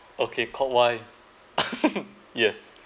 okay Kok Wai yes